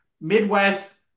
Midwest